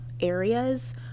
areas